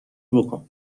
بـکـن